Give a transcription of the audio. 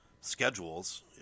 schedules